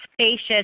spacious